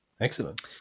Excellent